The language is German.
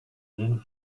denen